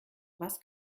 was